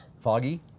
Foggy